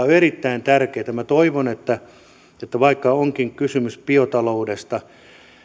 on erittäin tärkeätä minä toivon että että vaikka onkin kysymys biotaloudesta